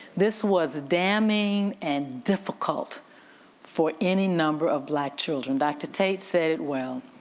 this was a damning and difficult for any number of black children. dr. tate said it well,